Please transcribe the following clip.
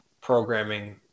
programming